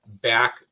back